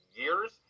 years